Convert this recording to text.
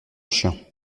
chien